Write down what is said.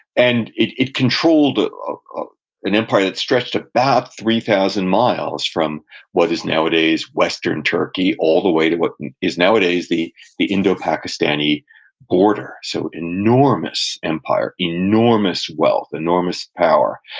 and it it controlled an empire that stretched about three thousand miles, from what is nowadays western turkey all the way to what is nowadays the the indo-pakistani border, so enormous empire, enormous wealth, enormous power.